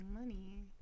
money